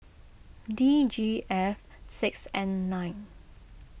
D G F six N nine